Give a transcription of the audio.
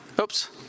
Oops